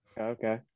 Okay